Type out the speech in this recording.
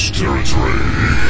territory